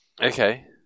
Okay